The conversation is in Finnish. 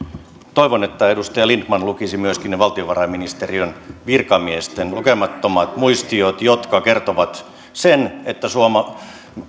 toivon että edustaja lindtman lukisi myöskin ne valtiovarainministeriön virkamiesten lukemattomat muistiot jotka kertovat sen että